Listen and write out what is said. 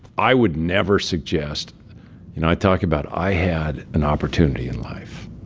i would never suggest you know, i talk about, i had an opportunity in life.